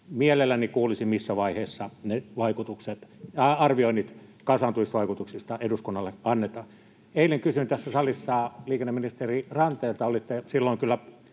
Mielelläni kuulisin, missä vaiheessa ne arvioinnit kasaantumisvaikutuksista eduskunnalle annetaan. Eilen kysyin tässä salissa liikenneministeri Ranteelta